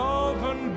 open